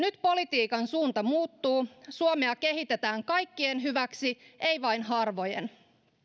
nyt politiikan suunta muuttuu suomea kehitetään kaikkien hyväksi ei vain harvojen